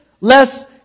less